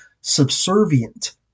subservient